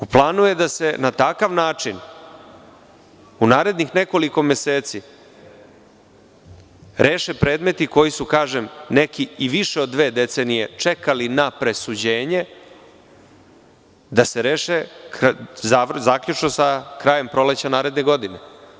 U planu je da se na takav način u narednih nekoliko meseci reše predmeti koji su, kažem, neki i više od dve decenije čekali na presuđenje, da se reše zaključno sa krajem proleća naredne godine.